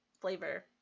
flavor